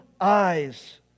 eyes